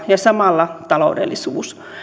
ja samalla taloudellisuus on huomioitava